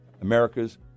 America's